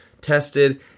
tested